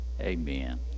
Amen